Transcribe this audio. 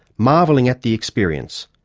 marvelling at the experience,